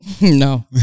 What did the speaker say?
No